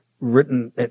written